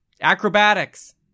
Acrobatics